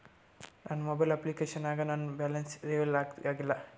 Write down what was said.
ನನ್ನ mobile application ನಾಗ ನನ್ ಬ್ಯಾಲೆನ್ಸ್ ರೀನೇವಲ್ ಆಗಿಲ್ಲ